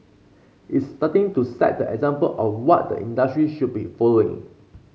it's starting to set the example of what the industry should be following